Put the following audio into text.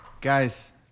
guys